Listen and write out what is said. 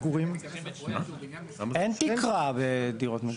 אין תקרה בדירות מגורים.